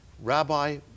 Rabbi